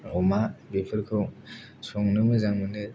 अमा बेफोरखौ संनो मोजां मोनो